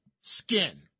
skin